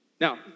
Now